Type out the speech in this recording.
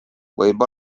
võib